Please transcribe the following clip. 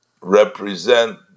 represent